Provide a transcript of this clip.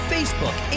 Facebook